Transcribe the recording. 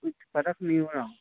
کچھ فرق نہیں ہو رہا